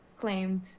claimed